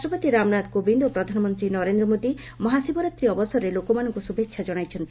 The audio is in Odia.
ରାଷ୍ଟ୍ରପତି ରାମନାଥ କୋବିନ୍ଦ୍ ଓ ପ୍ରଧାନମନ୍ତ୍ରୀ ନରେନ୍ଦ୍ର ମୋଦି ମହାଶିବରାତ୍ରୀ ଅବସରରେ ଲୋକମାନଙ୍କୁ ଶୁଭେଛା ଜଣାଇଛନ୍ତି